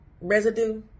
residue